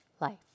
life